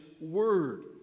word